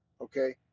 okay